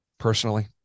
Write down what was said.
personally